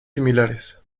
similares